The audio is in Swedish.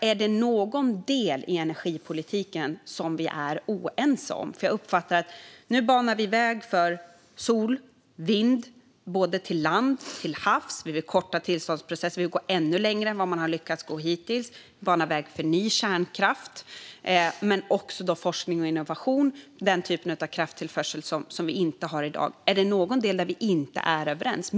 Är det någon del i energipolitiken som vi är oense om? Jag uppfattar att vi nu banar väg för sol och vind på land och till havs. Vi vill korta tillståndsprocessen, och vi vill gå ännu längre än vad man har lyckats gå hittills. Vi vill bana väg för ny kärnkraft och även forskning och innovation för den typen av krafttillförsel som inte finns i dag. Är det någon del där vi inte är överens?